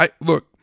Look